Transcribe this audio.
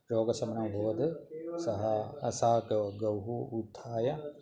रोगशमनमभवत् सः सा गां गां उत्थाय